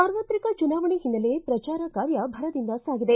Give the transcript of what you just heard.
ಸಾರ್ವತ್ರಿಕ ಚುನಾವಣೆ ಹಿನ್ನೆಲೆ ಪ್ರಚಾರ ಕಾರ್ಯ ಭರದಿಂದ ಸಾಗಿದೆ